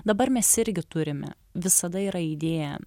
dabar mes irgi turime visada yra idėja